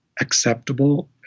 acceptable